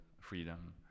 freedom